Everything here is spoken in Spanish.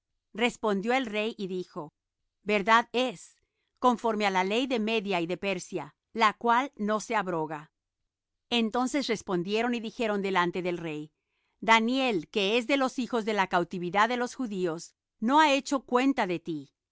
respondió el rey y dijo verdad es conforme á la ley de media y de persia la cual no se abroga entonces respondieron y dijeron delante del rey daniel que es de los hijos de la cautividad de los judíos no ha hecho cuenta de ti